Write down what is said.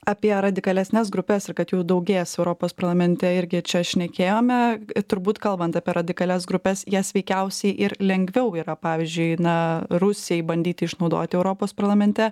apie radikalesnes grupes ir kad jų daugės europos parlamente irgi čia šnekėjome turbūt kalbant apie radikalias grupes jas veikiausiai ir lengviau yra pavyzdžiui na rusijai bandyti išnaudoti europos parlamente